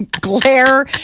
Glare